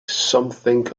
something